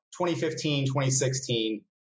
2015-2016